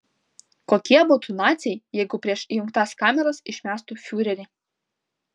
kokie būtų naciai jeigu prieš įjungtas kameras išmestų fiurerį